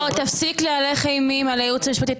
תפסיק להלך אימים על היועץ המשפטי.